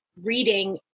reading